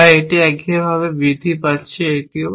তাই এটি একঘেয়েভাবে বৃদ্ধি পাচ্ছে এটিও